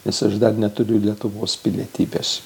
nes aš dar neturiu lietuvos pilietybės